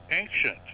ancient